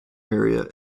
area